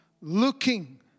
looking